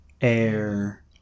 air